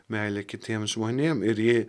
meilė kitiems žmonėm ir ji